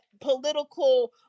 political